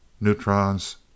neutrons